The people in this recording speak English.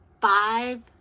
five